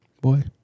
Boy